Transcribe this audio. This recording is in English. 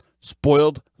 Spoiled